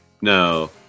No